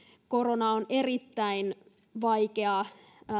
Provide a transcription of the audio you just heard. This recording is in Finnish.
korona on erittäin vaikea